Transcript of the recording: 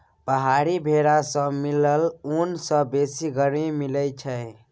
पहाड़ी भेरा सँ मिलल ऊन सँ बेसी गरमी मिलई छै